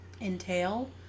entail